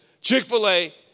Chick-fil-A